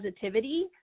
positivity